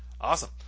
Awesome